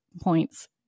points